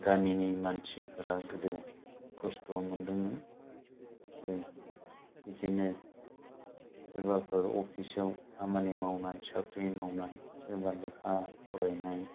गामिनि मानसिफोरा गोदो खस्थ' मोनदोंमोन बिदिनो सोरबाफोर अफिसाव खामानि मावनाय साख्रि मावनाय सोरबा लेखा फरायनाय